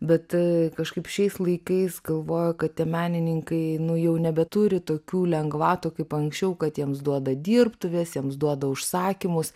bet kažkaip šiais laikais galvoja kad tie menininkai nu jau nebeturi tokių lengvatų kaip anksčiau kad jiems duoda dirbtuves jiems duoda užsakymus